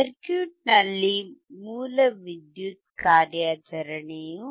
ಸರ್ಕ್ಯೂಟ್ನಲ್ಲಿ ಮೂಲ ವಿದ್ಯುತ್ ಕಾರ್ಯಾಚರಣೆಯು